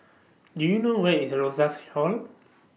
Do YOU know Where IS Rosas Hall